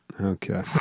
Okay